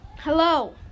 Hello